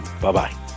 Bye-bye